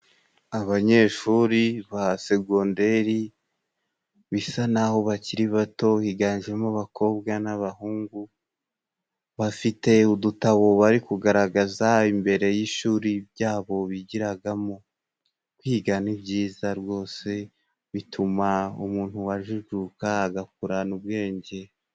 Abanyeshuri ba segonderi bisa naho bakiri bato higanjemo abakobwa, n'abahungu bafite udutabo bari kugaragaza imbere y'ishuri ryabo bigiragamo. Kwiga ni byiza rwose bituma umuntu ajijuka agakurana ubwenge.